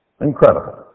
Incredible